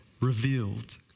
revealed